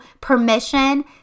permission